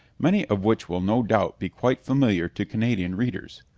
many of which will no doubt be quite familiar to canadian readers,